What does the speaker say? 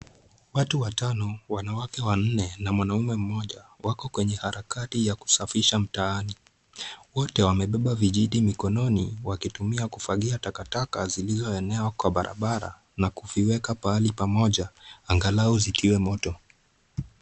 Watu watano wanawake wanne na mwanamume mmoja wako kwenye harakati ya kusafisha mtaani. Wote wamebeba vijiti mikononi wakitumia kufagia takataka zilizoenea kwa barabara na kuvieka pahali pamoja angalau zitiwe moto.